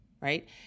right